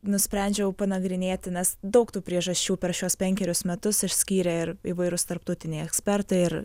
nusprendžiau panagrinėti nes daug tų priežasčių per šiuos penkerius metus išskyrė ir įvairūs tarptautiniai ekspertai ir